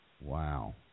Wow